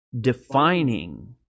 Defining